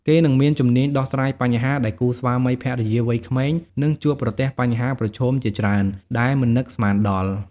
គេនឹងមានជំនាញដោះស្រាយបញ្ហា ដែលគូស្វាមីភរិយាវ័យក្មេងនឹងជួបប្រទះបញ្ហាប្រឈមជាច្រើនដែលមិននឹកស្មានដល់។